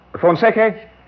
Fonseca